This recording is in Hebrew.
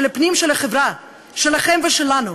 של החברה שלכם ושלנו,